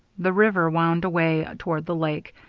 the river wound away toward the lake,